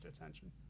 attention